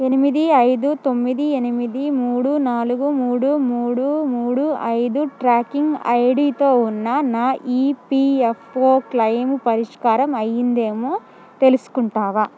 ఎనిమిది ఐదు తొమ్మిది ఎనిమిది మూడు నాలుగు మూడు మూడు మూడు ఐదు ట్రాకింగ్ ఐడితో ఉన్న నా ఇపియఫ్ఓ క్లెయిము పరిష్కారం అయ్యిందేమో తెలుసుకుంటావా